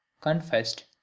confessed